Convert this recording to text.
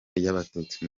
ry’abatutsi